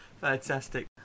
Fantastic